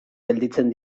gelditzen